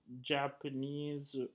Japanese